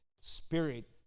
spirit